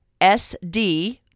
SD